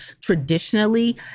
traditionally